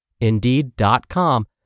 Indeed.com